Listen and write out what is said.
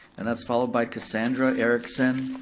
and that's followed by cassandra erickson,